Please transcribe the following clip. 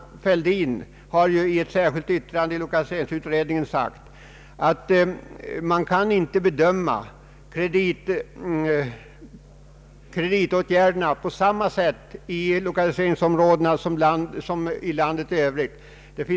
Herr Fälldin har i ett särskilt yttrande i lokaliseringsutredningen sagt att man inte kan bedöma kreditåtgärderna på samma sätt i lokaliseringsområden som i landet i övrigt.